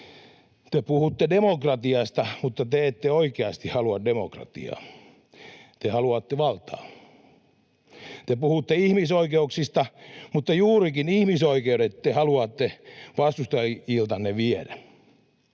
te puhutte demokratiasta, mutta te ette oikeasti halua demokratiaa — te haluatte valtaa. Te puhutte ihmisoikeuksista, mutta juurikin ihmisoikeudet te haluatte vastustajiltanne viedä.